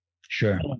Sure